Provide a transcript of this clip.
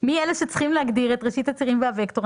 מי אלה שצריכים להגדיר את ראשית הצירים והווקטור.